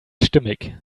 stimmig